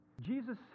Jesus